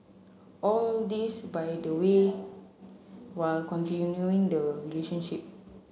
all this by the way while continuing the relationship